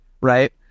Right